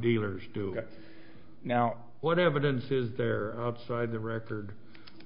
dealers do now what evidence is there up side the record